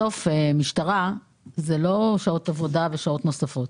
משטרה זה לא לפי שעות עבודה ושעות נוספות.